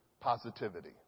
positivity